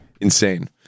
Insane